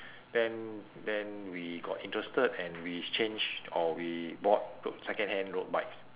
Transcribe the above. then then we got interested and we exchanged or we bought ro~ secondhand road bikes